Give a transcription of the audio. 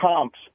comps